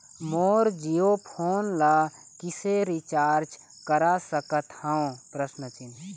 मोर Jio phone ला किसे recharge करा सकत हवं?